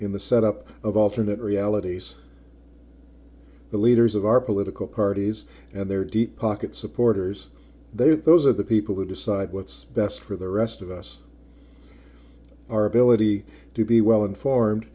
in the set up of alternate realities the leaders of our political parties and their deep pockets supporters there those are the people who decide what's best for the rest of us our ability to be well informed